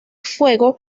fuego